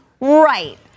Right